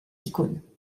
icônes